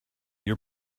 you